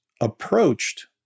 approached